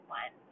one